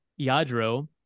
yadro